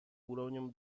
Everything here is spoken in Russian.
уровнем